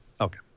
Okay